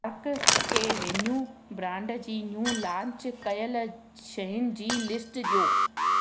park Avenue brand जी new launch कयलु शयुनि जी लिस्ट ॾियो